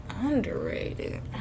underrated